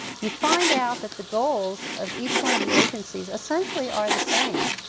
you find out that the goals of each one of the agencies essentially are the same.